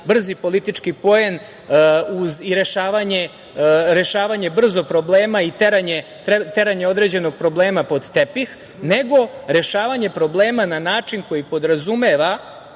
brzi politički poen i rešavanje brzo problema i teranje određenog problema pod tepih, nego rešavanje problema na način koji podrazumeva